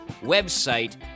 website